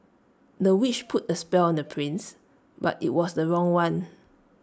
the witch put A spell on the prince but IT was the wrong one